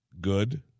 good